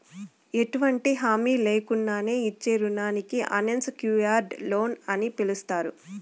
ఎటువంటి హామీ లేకున్నానే ఇచ్చే రుణానికి అన్సెక్యూర్డ్ లోన్ అని పిలస్తారు